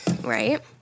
right